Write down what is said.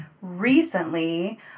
recently